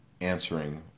answering